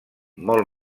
molt